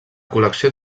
col·lecció